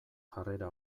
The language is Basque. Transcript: jarrera